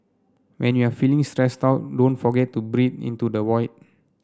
when you are feeling stressed out don't forget to breathe into the void